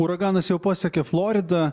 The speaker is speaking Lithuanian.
uraganas jau pasiekė floridą